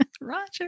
roger